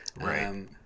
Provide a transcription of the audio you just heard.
Right